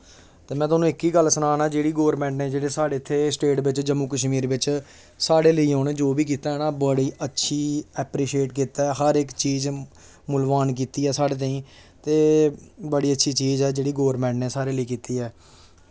ते में थाह्नूं इक्क ई गल्ल सना ना जेह्ड़ी साढ़ी गौरमेंट ने साढ़े इत्थें स्टेट बिच जम्मू कश्मीर बिच साढ़े लेई उ'नें जो बी कीता ना बड़ी अच्छी अप्रीशीएट कीता हर इक चीज मुलवान कीती ऐ साढ़े ताहीं ते बड़ी अच्छी चीज़ ऐ जेह्ड़ी गौरमेंट ने साढ़े लेई कीती ऐ